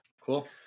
cool